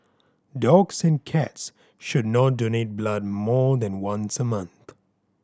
dogs and cats should not donate blood more than once a month